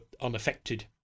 unaffected